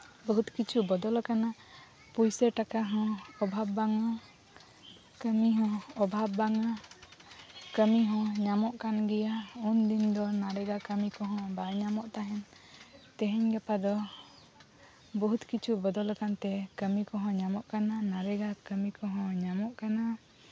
ᱵᱚᱦᱩᱫ ᱠᱤᱪᱷᱩ ᱵᱚᱫᱚᱞ ᱟᱠᱟᱱᱟ ᱯᱚᱭᱥᱟ ᱴᱟᱠᱟ ᱦᱚᱸ ᱚᱵᱷᱟᱵᱽ ᱵᱟᱝᱼᱟ ᱠᱟᱹᱢᱤᱦᱚᱸ ᱚᱵᱷᱟᱵᱽ ᱵᱟᱝᱼᱟ ᱠᱟᱹᱢᱤᱦᱚᱸ ᱧᱟᱢᱚᱜ ᱠᱟᱱ ᱜᱮᱭᱟ ᱩᱱ ᱫᱤᱱ ᱫᱚ ᱟᱹᱰᱤᱜᱟᱱ ᱠᱟᱹᱢᱤ ᱠᱚᱦᱚᱸ ᱵᱟᱝ ᱧᱟᱢᱚᱜ ᱠᱟᱱ ᱛᱟᱦᱮᱱ ᱛᱮᱦᱮᱧ ᱜᱟᱯᱟ ᱫᱚ ᱵᱚᱦᱩᱫ ᱠᱤᱪᱷᱩ ᱵᱚᱫᱚᱞ ᱟᱠᱟᱱᱛᱮ ᱠᱟᱹᱢᱤ ᱠᱚᱦᱚᱸ ᱧᱟᱢᱚᱜ ᱠᱟᱱᱟ ᱟᱹᱰᱤᱜᱟᱱ ᱠᱟᱹᱢᱤ ᱠᱚᱦᱚᱸ ᱧᱟᱢᱚᱜ ᱠᱟᱱᱟ